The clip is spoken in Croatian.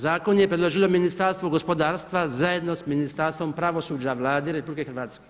Zakon je predložilo Ministarstvo gospodarstva zajedno sa Ministarstvom pravosuđa Vlade RH.